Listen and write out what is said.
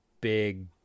big